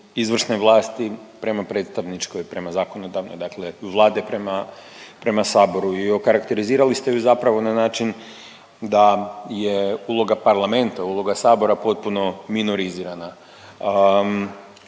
izvršne vlasti prema predstavničkoj, prema zakonodavnoj, dakle Vlade prema, prema saboru i okarakterizirali ste ju zapravo na način da je uloga parlamenta, uloga sabora potpuno minorizirana.